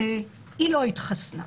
היא לא התחסנה.